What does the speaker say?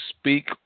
speak